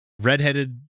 Redheaded